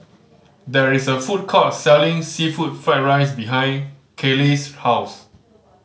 there is a food court selling seafood fried rice behind Kayleigh's house